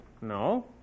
No